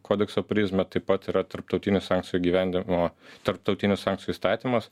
kodekso prizmę taip pat yra tarptautinių sankcijų įgyvendinimo tarptautinių sankcijų įstatymas